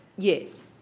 yes,